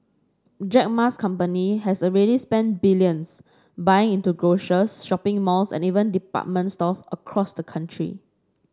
Jack Ma's company has already spent billions buying into grocers shopping malls and even department stores across the country